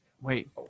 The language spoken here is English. Wait